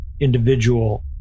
individual